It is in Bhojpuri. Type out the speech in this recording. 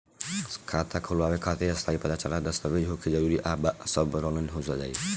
खाता खोलवावे खातिर स्थायी पता वाला दस्तावेज़ होखल जरूरी बा आ सब ऑनलाइन हो जाई?